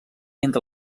entre